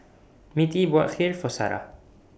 Mittie bought Kheer For Sarrah